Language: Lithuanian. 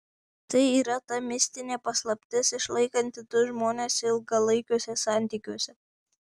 tai yra ta mistinė paslaptis išlaikanti du žmones ilgalaikiuose santykiuose